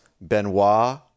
Benoit